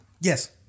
Yes